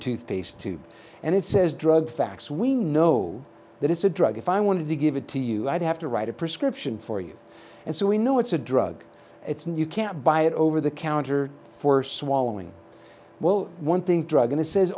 toothpaste tube and it says drug facts we know that it's a drug if i wanted to give it to you i'd have to write a prescription for you and so we know it's a drug it's not you can't buy it over the counter for swallowing well one thing drug in a says